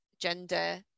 gender